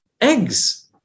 eggs